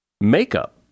Makeup